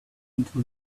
into